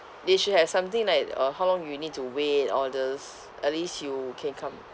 they should have something like uh how long you need to wait all these at least you can come